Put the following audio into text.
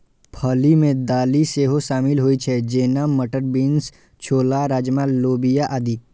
फली मे दालि सेहो शामिल होइ छै, जेना, मटर, बीन्स, छोला, राजमा, लोबिया आदि